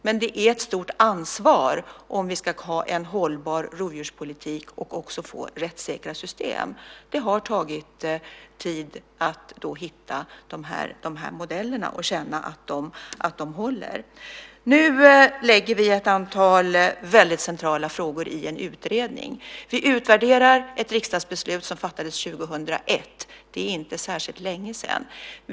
Men det kräver ett stort ansvar om vi ska ha en hållbar rovdjurspolitik och också få rättssäkra system. Det har tagit tid att hitta modeller som håller. Nu lägger vi ett antal väldigt centrala frågor i en utredning. Vi utvärderar ett riksdagsbeslut som fattades 2001. Det är inte särskilt länge sedan.